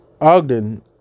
Ogden